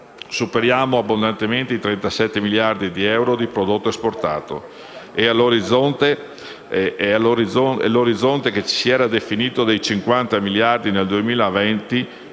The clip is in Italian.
Superiamo abbondantemente i 37 miliardi di euro di prodotto esportato, e l'orizzonte che ci si era definito, dei 50 miliardi nel 2020, non